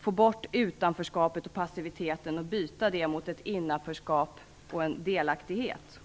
få bort utanförskapet och passiviteten och byta det mot innanförskap och delaktighet.